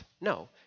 No